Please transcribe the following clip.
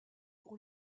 pour